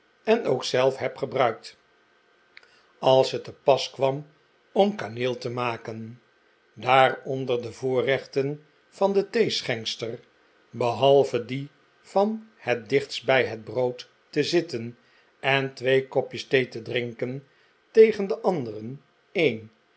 en ook zelf heb gebruikt als het te pas kwam om kandeel te maken daar onder de voorrechten van de theeschenkster behalve die van het dichtst bij het brood te zitten en twee kopjes thee te drinken tegen de anderen een